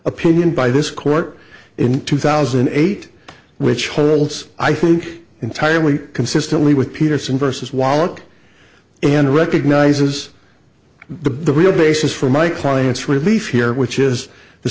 opinion by this court in two thousand and eight which holds i think entirely consistent with peterson versus wallach in recognizes the real basis for my client's relief here which is the